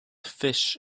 fish